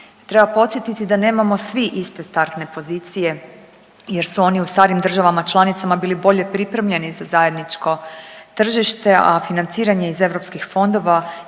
Treba podsjetiti da nemamo svi iste startne pozicije jer su oni u starijim državama članicama bili bolje pripremljeni za zajedničko tržište, a financiranje iz EU fondova